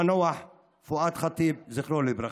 המנוח פואד ח'טיב, זכרו לברכה.